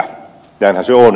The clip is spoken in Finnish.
näinhän se on